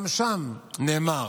גם שם נאמר: